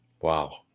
Wow